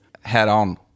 head-on